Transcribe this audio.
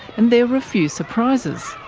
and there were a few surprises.